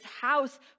house